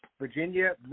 Virginia